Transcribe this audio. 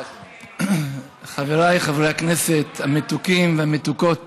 חבריי חברי הכנסת המתוקים והמתוקות